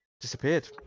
disappeared